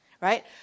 right